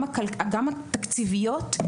גם התקציביות,